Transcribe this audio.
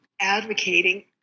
advocating